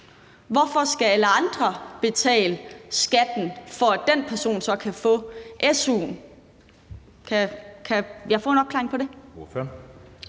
Hvorfor skal alle andre betale skatten, for at den person så kan få su'en?